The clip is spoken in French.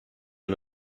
une